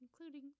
Including